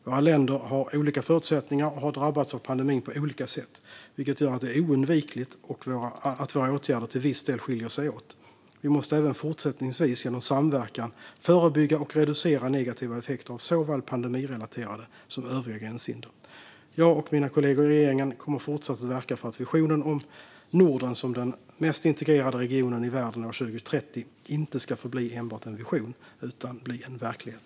Våra länder har olika förutsättningar och har drabbats av pandemin på olika sätt, vilket gör att det är oundvikligt att våra åtgärder till viss del skiljer sig åt. Vi måste även fortsättningsvis genom samverkan förebygga och reducera negativa effekter av gränshinder, såväl pandemirelaterade som övriga. Jag och mina kollegor i regeringen kommer att fortsätta att verka för att visionen om Norden som den mest integrerade regionen i världen 2030 inte ska förbli enbart en vision utan bli verklighet.